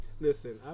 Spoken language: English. Listen